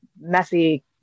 messy